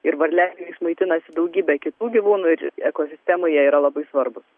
ir varliagyviais maitinasi daugybė kitų gyvūnų ir ekosistemai jie yra labai svarbūs